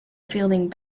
fielding